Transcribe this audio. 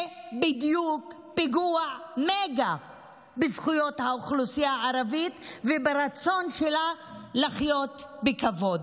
זה בדיוק מגה-פיגוע בזכויות האוכלוסייה הערבית וברצון שלה לחיות בכבוד.